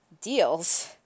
deals